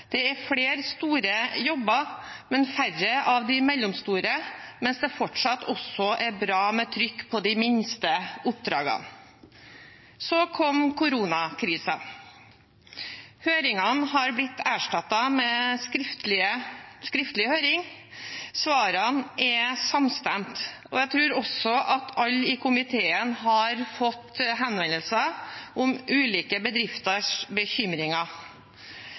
Det er mange store jobber – men færre av de mellomstore – mens det fortsatt også er bra med trykk på de minste oppdragene.» Så kom koronakrisen. Høringene har bli erstattet med skriftlig høring. Svarene er samstemte, og jeg tror også at alle i komiteen har fått henvendelser om ulike bedrifters bekymringer.